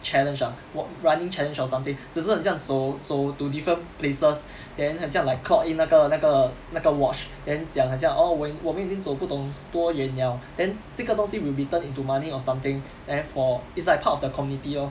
challenge ah what running challenge or something 只是很像走走 to different places then 很像 like clock in 那个那个那个 watch then 讲很像 oh 我我们已经走不动多远 liao then 这个东西 will be turned into money or something and then for it's like part of the community lor